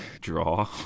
Draw